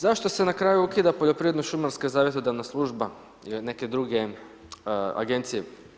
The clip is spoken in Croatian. Zašto se na kraju ukida poljoprivredno-šumarska savjetodavna služba ili neke druge agencije?